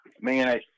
man